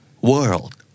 world